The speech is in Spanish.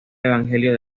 evangelio